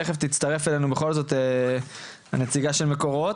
תיכף תצטרף אלינו בכל זאת הנציגה של מקורות.